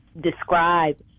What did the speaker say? describe